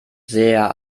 sehr